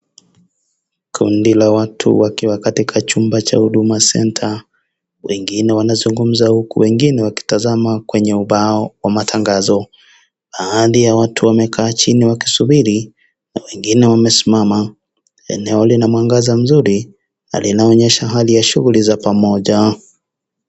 Kundi la watu walio katika chumba cha Huduma (cs) center (cs),wengine wanazungumza huku wengine wakitazama kwenye ubao wa matangazo. Baadhi ya watu wamekaa chini wakisubiri na wengine wamesimama. Eneo lina mwangaza mzuri na linaonyesha hali ya shughuli za pamoja.